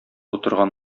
утырган